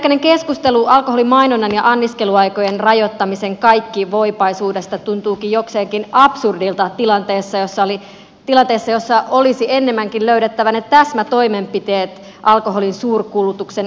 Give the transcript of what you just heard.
viimeaikainen keskustelu alkoholimainonnan ja anniskeluaikojen rajoittamisen kaikkivoipaisuudesta tuntuukin jokseenkin absurdilta tilanteessa jossa olisi ennemminkin löydettävä ne täsmätoimenpiteet alkoholin suurkulutuksen ehkäisemiseksi